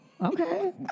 Okay